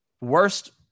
Worst